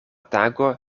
tago